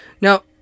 Now